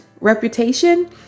reputation